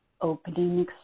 Opening